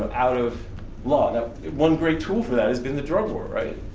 out of law. and one great tool for that has been the drug war right,